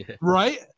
Right